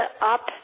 up